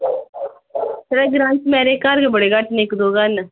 मेरे ग्रां च घर गै बड़े घट्ट न इक दौं घर न